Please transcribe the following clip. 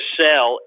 sell